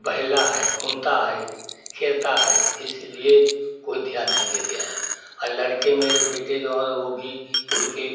बहेला है घूमता है खेलता है इसीलिए कोई ध्यान नहीं देते हैं हर लड़के मेरे बेटे जो है वो भी वही के